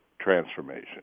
transformation